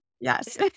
Yes